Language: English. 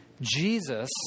Jesus